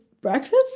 breakfast